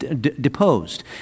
deposed